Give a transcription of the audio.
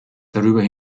darüber